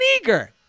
eager